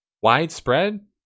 widespread